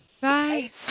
Bye